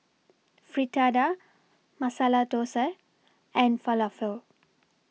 Fritada Masala Dosa and Falafel